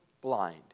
blind